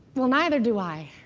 well, neither do i,